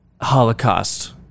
Holocaust